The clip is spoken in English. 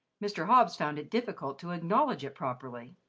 mr. hobbs found it difficult to acknowledge it properly.